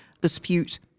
dispute